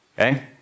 okay